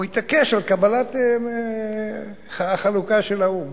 הוא התעקש על קבלת החלוקה של האו"ם,